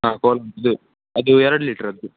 ಹಾಂ ಕೋಲಾ ಇದು ಅದು ಎರಡು ಲೀಟರದ್ದು